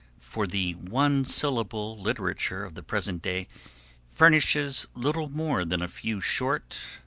for the one syllable literature of the present day furnishes little more than a few short,